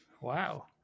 Wow